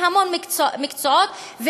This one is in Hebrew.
בהמון מקצועות,